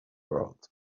world